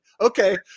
okay